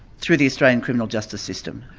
through the australian criminal justice system.